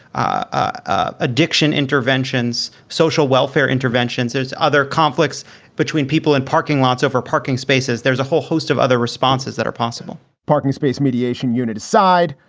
ah addiction interventions, social welfare interventions, there's other conflicts between people and parking lots over parking spaces. there's a whole host of other responses that are possible parking space mediation unit aside,